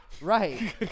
Right